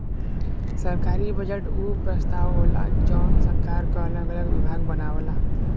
सरकारी बजट उ प्रस्ताव होला जौन सरकार क अगल अलग विभाग बनावला